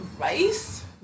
rice